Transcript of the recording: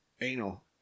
Anal